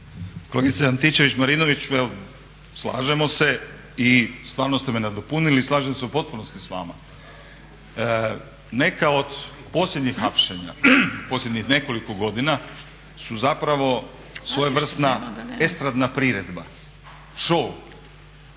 Kolegice Antičević-Marinović, evo slažemo se, i stvarno ste me nadopunili i slažem se u potpunosti s vama. Neka do posljednjih hapšenja, u posljednjih nekoliko godina su zapravo svojevrsna estradna priredba, show,